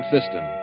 System